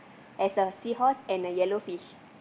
there's a seahorse and a yellow fish